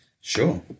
Sure